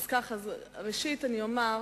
ראשית, אני אומר,